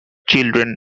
children